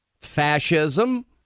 fascism